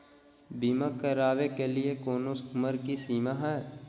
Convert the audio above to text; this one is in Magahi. बीमा करावे के लिए कोनो उमर के सीमा है?